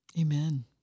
Amen